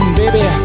baby